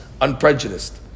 unprejudiced